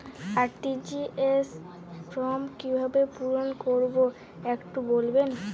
RTGS form কিভাবে পূরণ করবো একটু বলবেন?